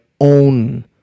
own